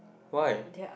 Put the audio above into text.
why